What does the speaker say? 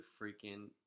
freaking